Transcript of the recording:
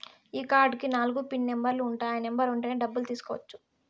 ఈ కార్డ్ కి నాలుగు పిన్ నెంబర్లు ఉంటాయి ఆ నెంబర్ ఉంటేనే డబ్బులు తీసుకోవచ్చు